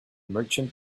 merchant